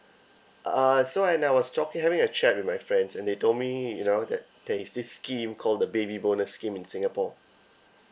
uh so when I was talking having a chat with my friends and they told me you know that there is this scheme called the baby bonus scheme in singapore